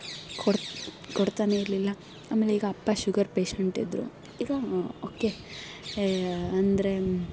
ಕೊಡ್ತಾ ಕೊಡ್ತಲೇ ಇರಲಿಲ್ಲ ಆಮೇಲೆ ಈಗ ಅಪ್ಪ ಶುಗರ್ ಪೇಷಂಟ್ ಇದ್ದರು ಈಗ ಓಕೆ ಹೇ ಅಂದರೆ